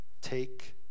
take